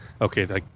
okay